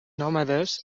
nòmades